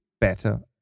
better